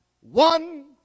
one